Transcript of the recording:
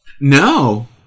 no